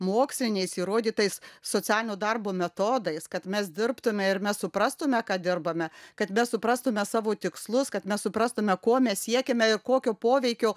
moksliniais įrodytais socialinio darbo metodais kad mes dirbtume ir mes suprastume ką dirbame kad mes suprastume savo tikslus kad mes suprastume ko mes siekiame kokio poveikio